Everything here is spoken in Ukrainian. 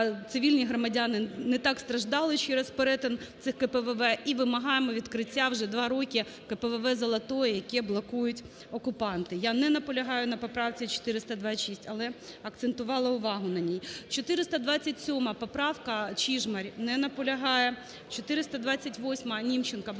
цивільні громадяни не так страждали через перетин цих КПВВ і вимагаємо відкриття вже два роки КПВВ "Золотое", яке блокують окупанти. Я не наполягаю на поправці 426, але акцентувала увагу на ній. 427-а поправка. Чижмарь. Не наполягає. 428-а. Німченко.